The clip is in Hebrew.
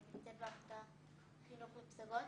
אני נמצאת בעמותה לחינוך לפסגות,